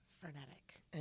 Frenetic